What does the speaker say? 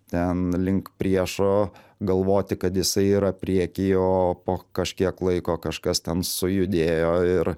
ten link priešo galvoti kad jisai yra prieky o po kažkiek laiko kažkas ten sujudėjo ir